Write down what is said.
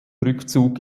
rückzug